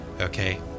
okay